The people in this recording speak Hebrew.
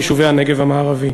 ליישובי הנגב המערבי.